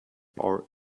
our